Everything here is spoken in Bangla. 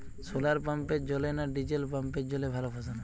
শোলার পাম্পের জলে না ডিজেল পাম্পের জলে ভালো ফসল হয়?